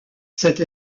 cette